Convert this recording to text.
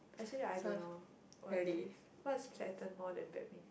actually I don't know what that is what's pattern more than badminton